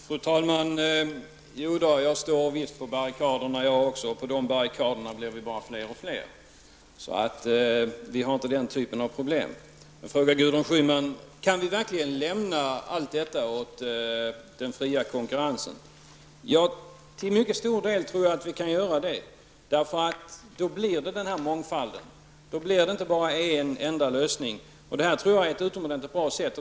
Fru talman! Jag står visst på barrikaderna jag också. På de barrikaderna blir vi fler och fler. Vi har således inte den typen av problem. Gudrun Schyman frågar om vi verkligen kan lämna allt detta åt den fria konkurrensen. Jag tror att vi kan göra det till mycket stor del, eftersom man då får mångfald. Då blir det inte bara en enda lösning. Det tror jag är ett utomordentligt bra sätt.